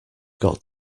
got